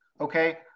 Okay